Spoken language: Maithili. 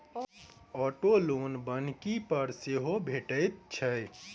औटो लोन बन्हकी पर सेहो भेटैत छै